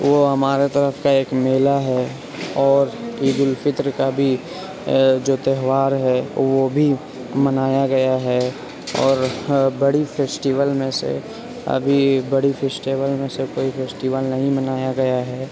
وہ ہمارے طرف کا ایک میلہ ہے اور عیدالفطر کا بھی جو تہوار ہے وہ بھی منایا گیا ہے اور بڑی فیسٹیول میں سے ابھی بڑی فیسٹیول میں سے کوئی فیسٹیول نہیں منایا گیا ہے